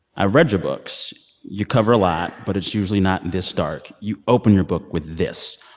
i read your books. you cover a lot, but it's usually not this dark. you open your book with this.